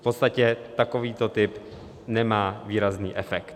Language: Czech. V podstatě takovýto tip typ nemá výrazný efekt.